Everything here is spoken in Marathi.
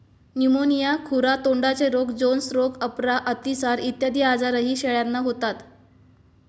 न्यूमोनिया, खुरा तोंडाचे रोग, जोन्स रोग, अपरा, अतिसार इत्यादी आजारही शेळ्यांना होतात